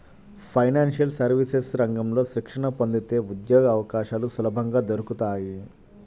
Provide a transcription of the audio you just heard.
financial services రంగంలో శిక్షణ పొందితే ఉద్యోగవకాశాలు సులభంగా దొరుకుతాయి